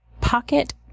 pocket